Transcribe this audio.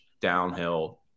downhill